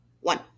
One